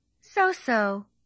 So-so